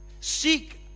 seek